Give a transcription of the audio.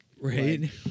right